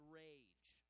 rage